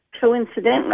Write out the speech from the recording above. coincidentally